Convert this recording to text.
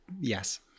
Yes